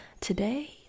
Today